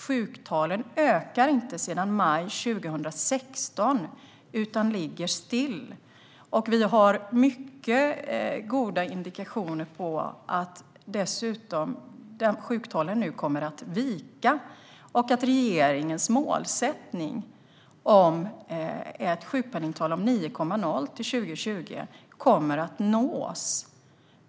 Sjuktalen ökar inte sedan maj 2016 utan ligger still, och vi har mycket goda indikationer på att sjuktalen dessutom kommer att vika och att regeringens målsättning om ett sjukpenningtal på 9,0 till 2020 kommer att nås.